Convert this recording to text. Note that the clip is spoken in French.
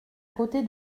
côté